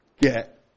get